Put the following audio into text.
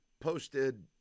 posted